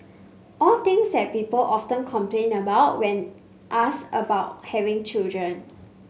all things that people often complain about when asked about having children